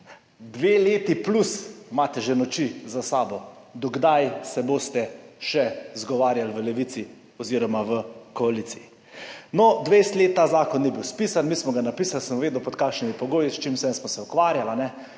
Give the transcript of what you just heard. Dve leti plus, imate že noči za sabo. Do kdaj se boste še izgovarjali v Levici oziroma v koaliciji? No, 20 let ta zakon ni bil spisan. Mi smo ga napisali, sem vedel pod kakšnimi pogoji, s čim vse smo se ukvarjali.